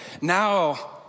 Now